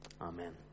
Amen